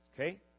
Okay